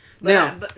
Now